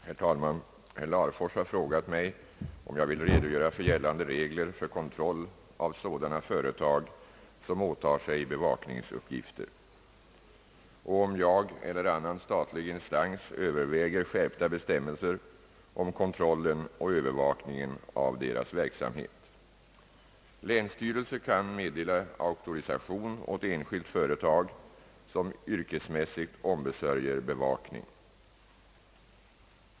Herr talman! Herr Larfors har frågat mig om jag vill redogöra för gällande regler för kontroll av sådana företag som åtar sig bevakningsuppgifter och om jag eller annan statlig instans överväger skärpta bestämmelser om kontrollen och övervakningen av deras verksamhet. Länsstyrelsen kan meddela auktorisation åt enskilt företag som yrkesmässigt ombesörjer bevakning.